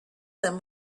them